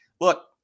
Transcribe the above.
look